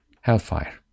hellfire